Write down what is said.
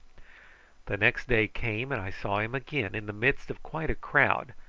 the next day came and i saw him again in the midst of quite a crowd,